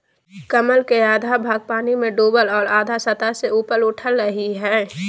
कमल के आधा भाग पानी में डूबल और आधा सतह से ऊपर उठल रहइ हइ